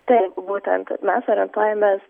taip būtent mes orientuojamės